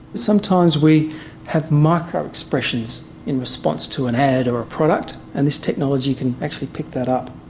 sometimes we have micro expressions in response to an ad or a product and this technology can actually pick that up.